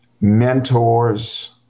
mentors